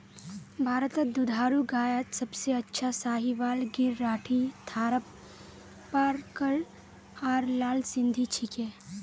भारतत दुधारू गायत सबसे अच्छा साहीवाल गिर राठी थारपारकर आर लाल सिंधी छिके